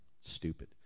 stupid